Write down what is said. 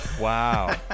Wow